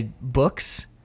Books